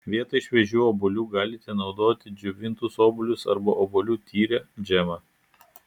vietoj šviežių obuolių galite naudoti džiovintus obuolius arba obuolių tyrę džemą